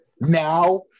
now